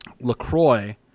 LaCroix